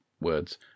words